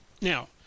Now